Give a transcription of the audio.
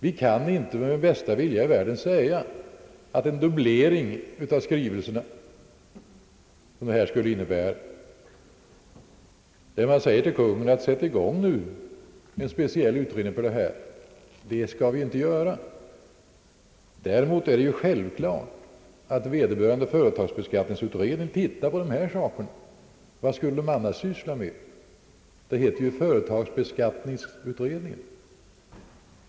Vi kan inte med bästa vilja i världen anse att den dubblering av skrivelser, som det skulle innebära om riksdagen nu i en särskild skrivelse skulle uppmana Kungl. Maj:t att sätta i gång en speciell utredning om denna sak, kan vara ett angeläget ärende. Det skall vi helt enkelt inte göra. Det är nämligen självklart att företagsbeskattningsutredningen skall se även på denna sak. Vad skulle den annars syssla med? Det heter ju företagsbeskattningsutredningen!